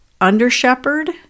under-shepherd